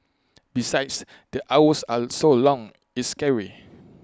besides the hours are so long it's scary